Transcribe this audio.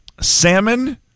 Salmon